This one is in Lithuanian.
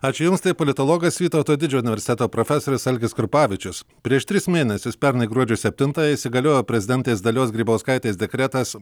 ačiū jums tai politologas vytauto didžiojo universiteto profesorius algis krupavičius prieš tris mėnesius pernai gruodžio septintąją įsigaliojo prezidentės dalios grybauskaitės dekretas